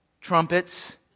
Trumpets